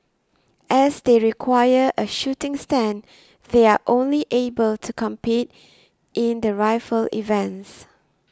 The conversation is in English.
as they require a shooting stand they are only able to compete in the rifle events